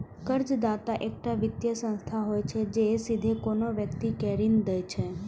कर्जदाता एकटा वित्तीय संस्था होइ छै, जे सीधे कोनो व्यक्ति कें ऋण दै छै